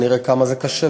אני אראה כמה זה קשה,